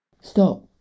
Stop